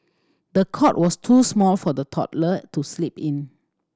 the cot was too small for the toddler to sleep in